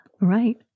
Right